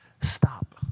Stop